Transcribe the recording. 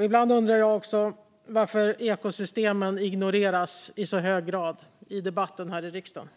Ibland undrar jag också varför ekosystemen ignoreras i så hög grad i debatten här i riksdagen.